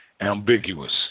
ambiguous